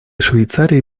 швейцарии